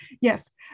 yes